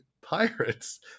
pirates